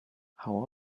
how